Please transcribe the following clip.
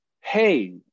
Hey